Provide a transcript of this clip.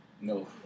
No